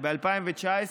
ב-2019,